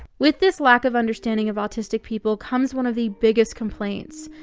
with this lack of understanding of autistic people comes one of the biggest complaints,